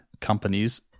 companies